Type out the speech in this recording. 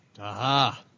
Aha